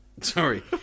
Sorry